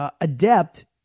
Adept